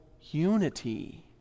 unity